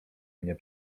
mnie